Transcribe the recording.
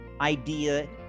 idea